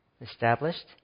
Established